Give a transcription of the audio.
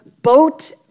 Boat